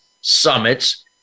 Summits